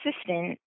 assistant